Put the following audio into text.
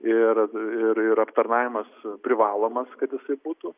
ir ir ir aptarnavimas privalomas kad jisai būtų